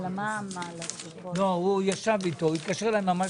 ‏ד' בניסן תשפ"ג ‏26 מרץ 2023 לכבוד מר ערן יעקב מנהל רשות המסים